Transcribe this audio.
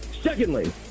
Secondly